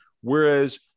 Whereas